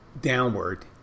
downward